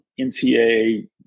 NCAA